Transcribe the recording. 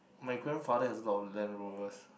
my grandfather has a lot of Land Rovers